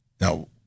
Now